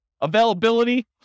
Availability